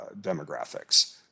demographics